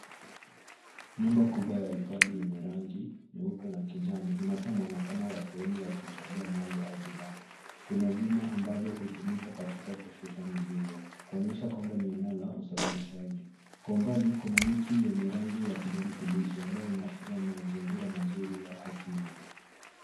Nyumba kubwa ya hifadhi yenye rangi nyeupe na kijani, inatoa mwonekano wa sehemu ya kuhifadhia mali au bidhaa. Kuna vyuma ambavyo hutumika katika kushusha mizigo kuonyesha kwamba ni eneo la usafirishaji. Kwa umbali kuna miti yenye rangi ya kijani kibichi ambayo inaashiria mazingira mazuri ya asili.